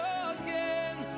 again